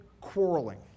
quarreling